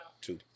Two